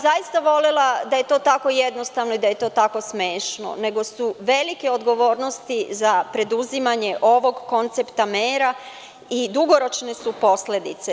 Zaista bih volela da je to tako jednostavno i da je to tako smešno, nego su velike odgovornosti za preduzimanje ovog koncepta mera i dugoročne su posledice.